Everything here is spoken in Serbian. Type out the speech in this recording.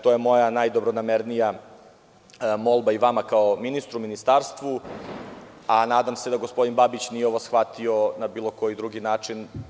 To je moja najdobronamernija molba i vama kao ministru, ministarstvu, a nadam se da gospodin Babić nije ovo shvatio na bilo koji drugi način.